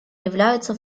являются